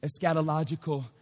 eschatological